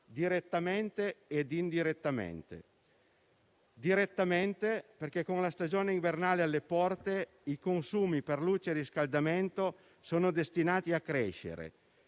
direttamente ed indirettamente. Direttamente, perché con la stagione invernale alle porte i consumi per luce e riscaldamento sono destinati a crescere;